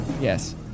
Yes